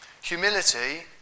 humility